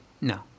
No